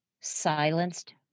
Silenced